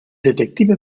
detective